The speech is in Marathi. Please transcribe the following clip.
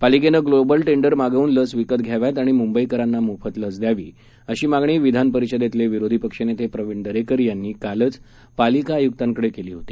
पालिकेनं ग्लोबल टेंडर मागवून लस विकत घ्याव्यात आणि मुंबईकरांना मोफत लस द्यावी अशी मागणी विधान परिषदेतले विरोधी पक्ष नेते प्रवीण दरेकर यांनी काल च पालिका आयुक्तांकडे केली होती